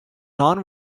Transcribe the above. non